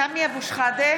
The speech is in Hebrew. סמי אבו שחאדה,